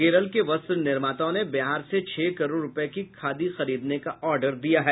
केरल के वस्त्र निर्माताओं ने बिहार से छह करोड़ रूपये की खादी खरीदने का ऑडर दिया है